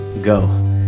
go